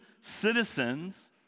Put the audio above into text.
citizens